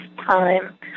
time